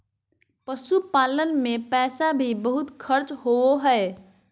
पशुपालन मे पैसा भी बहुत खर्च होवो हय